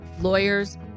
lawyers